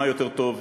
מה יותר טוב?